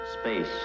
Space